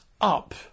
up